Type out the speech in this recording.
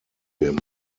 him